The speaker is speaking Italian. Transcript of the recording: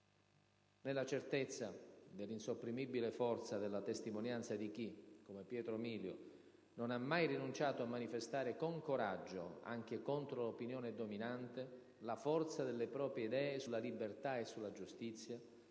Nella certezza dell'insopprimibile forza della testimonianza di chi, come Pietro Milio, non ha mai rinunciato a manifestare con coraggio, anche contro l'opinione dominante, la forza delle proprie idee sulla libertà e sulla giustizia,